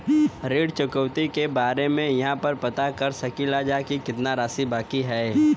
ऋण चुकौती के बारे इहाँ पर पता कर सकीला जा कि कितना राशि बाकी हैं?